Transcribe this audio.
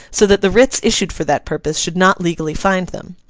so that the writs issued for that purpose should not legally find them.